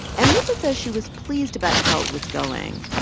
and roopa says she was pleased about how it was going,